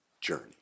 journey